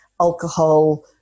alcohol